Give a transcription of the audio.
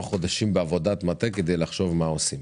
חודשים בעבודת מטה כדי לחשוב מה לעשות.